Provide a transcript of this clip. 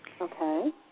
Okay